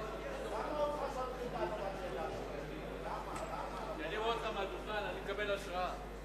למה, כשאני רואה אותך מהדוכן אני מקבל השראה.